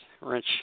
wrench